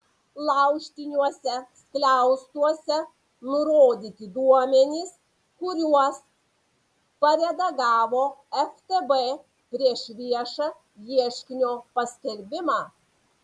laužtiniuose skliaustuose nurodyti duomenys kuriuos paredagavo ftb prieš viešą ieškinio paskelbimą